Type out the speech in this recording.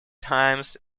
times